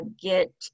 get